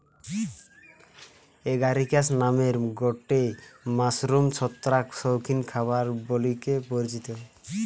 Agaricus নামের গটে mushroom ছত্রাক শৌখিন খাবার বলিকি পরিচিত